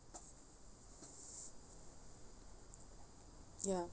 ya